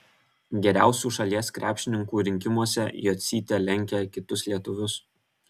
geriausių šalies krepšininkų rinkimuose jocytė lenkia kitus lietuvius